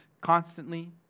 constantly